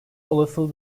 olasılığı